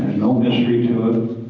no mystery to it.